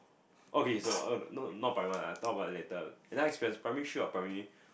okay so oh no not primary one uh talk about enough experience primary three or primary